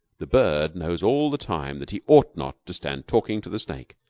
the bird knows all the time that he ought not to stand talking to the snake,